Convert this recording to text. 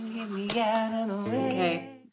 Okay